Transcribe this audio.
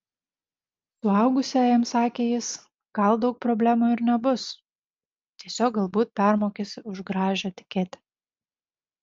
suaugusiajam sakė jis gal daug problemų ir nebus tiesiog galbūt permokėsi už gražią etiketę